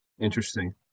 Interesting